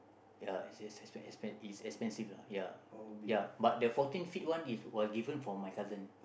ya it's expen~ expen~ it's expensive lah ya ya but the fourteen feet one is was given from my cousin